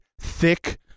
thick